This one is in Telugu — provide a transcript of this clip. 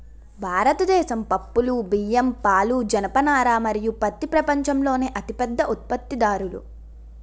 భారతదేశం పప్పులు, బియ్యం, పాలు, జనపనార మరియు పత్తి ప్రపంచంలోనే అతిపెద్ద ఉత్పత్తిదారులు